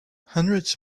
hundreds